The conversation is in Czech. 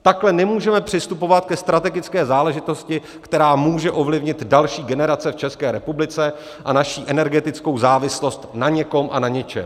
Takhle nemůžeme přistupovat ke strategické záležitosti, která může ovlivnit další generace v České republice a naši energetickou závislost na někom a na něčem.